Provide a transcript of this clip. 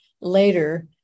later